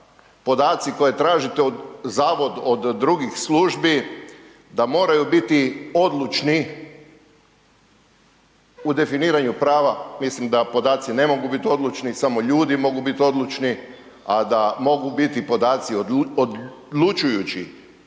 podaci koje tražite zavod od drugih službi da moraju biti odlučni u definiraju prava. Mislim da podaci ne mogu biti odlučni, samo ljudi mogu biti odlučni, a da mogu biti podaci odlučujući